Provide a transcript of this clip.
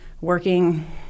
working